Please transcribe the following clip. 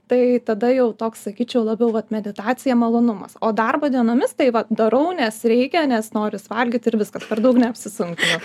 tai tada jau toks sakyčiau labiau vat meditacija malonumas o darbo dienomis tai va darau nes reikia nes noris valgyt ir viskas per daug neapsisunkinu